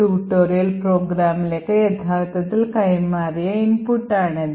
tutorial പ്രോഗ്രാമിലേക്ക് യഥാർത്ഥത്തിൽ കൈ മാറിയ ഇൻപുട്ടാണിത്